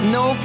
no